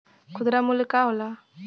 खुदरा मूल्य का होला?